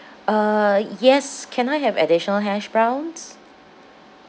uh yes can I have additional hash browns